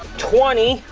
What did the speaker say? twenty.